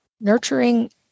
nurturing